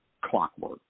clockwork